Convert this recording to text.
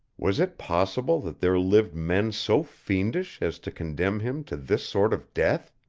was it possible that there lived men so fiendish as to condemn him to this sort of death?